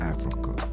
Africa